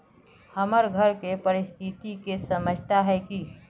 हमर घर के परिस्थिति के समझता है की?